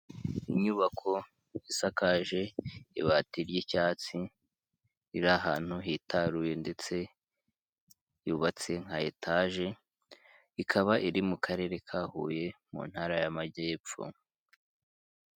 Inyubako isakaje ibati ry'icyatsi, iri ahantu hitaruye ndetse yubatse nka etaje, ikaba iri mu karere ka Huye mu ntara y'amajyepfo.